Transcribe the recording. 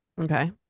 Okay